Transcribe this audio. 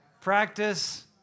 practice